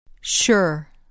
Sure